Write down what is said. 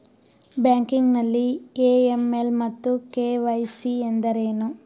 Banking ನಲ್ಲಿ AML ಮತ್ತು KYC ಎಂದರೇನು?